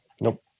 Nope